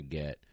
get